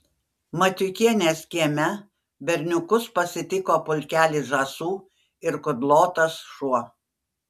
matiukienės kieme berniukus pasitiko pulkelis žąsų ir kudlotas šuo